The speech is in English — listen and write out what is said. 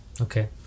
Okay